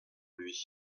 lui